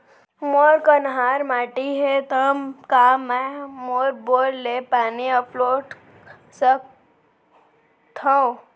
मोर कन्हार माटी हे, त का मैं बोर ले पानी अपलोड सकथव?